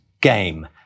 game